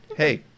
Hey